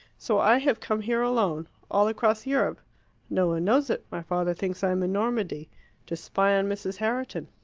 so i have come here alone all across europe no one knows it my father thinks i am in normandy to spy on mrs. herriton.